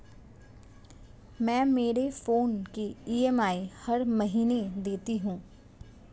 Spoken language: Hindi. मैं मेरे फोन की ई.एम.आई हर महीने देती हूँ